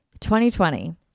2020